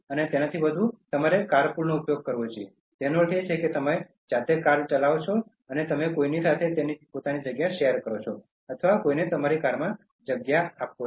પરંતુ તેનાથી વધુ તમારે કાર પૂલનો ઉપયોગ કરવો જોઈએ જેનો અર્થ છે કે તમે લિફ્ટ લો છો અથવા તમે કોઈની સાથે બેસવાની જગ્યા શેર કરો છો અથવા કોઈને તમારી કારમાં જગ્યા વાપરવા દો છો